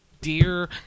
Dear